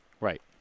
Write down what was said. Right